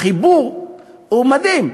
החיבור הוא מדהים.